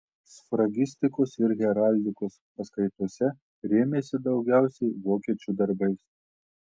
sfragistikos ir heraldikos paskaitose rėmėsi daugiausiai vokiečių darbais